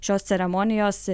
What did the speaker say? šios ceremonijos